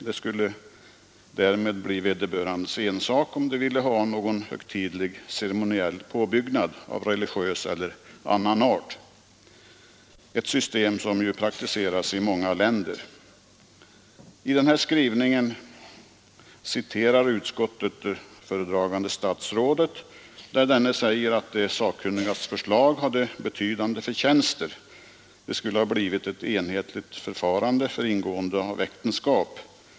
Det skulle därmed bli vederbörandes ensak om de ville ha någon högtidligare, ceremoniell påbyggnad av religiös eller annan art, ett system som ju praktiseras i många länder. I skrivningen citerar utskottet föredragande statsrådet där denne säger att de sakkunnigas förslag hade betydande förtjänster. Det skulle ha blivit ett enhetligt förfarande för ingående av äktenskap.